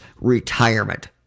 retirement